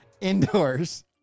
Indoors